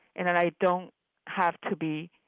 and and i don't have to be